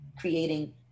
creating